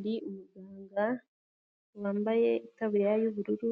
Ni umuganga wambaye itaburiya y'ubururu,